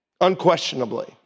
unquestionably